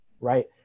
Right